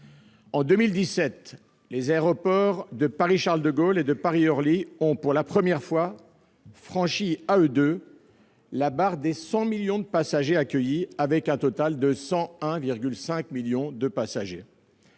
En 2017, les aéroports de Paris-Charles-de-Gaulle et Paris-Orly ont pour la première fois franchi, à eux deux, la barre des 100 millions de passagers accueillis, avec un total de 101,5 millions de passagers.